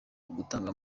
ugutanga